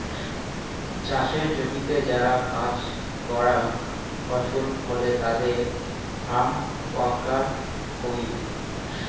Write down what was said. চাসের জমিতে যারা কাজ করাং ফসল ফলে তাদের ফার্ম ওয়ার্কার কুহ